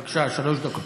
בבקשה, שלוש דקות.